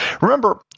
Remember